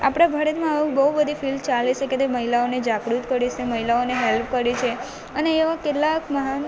આપણા ભારતમાં આવું બહુ બધી ફિલ્ડ ચાલે છે કે તે મહિલાઓને જાગૃત કરે છે મહિલાઓને હેલ્પ કરે છે અને એવા કેટલાક મહાન